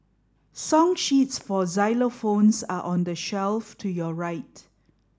song sheets for xylophones are on the shelf to your right